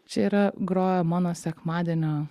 čia yra grojo mano sekmadienio